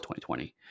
2020